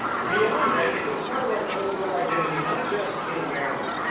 beyond that, it's a part of our cultural identity, not just in america,